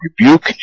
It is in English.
rebuke